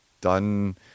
done